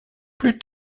plus